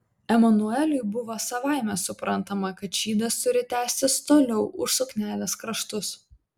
emanueliui buvo savaime suprantama kad šydas turi tęstis toliau už suknelės kraštus